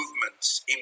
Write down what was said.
movements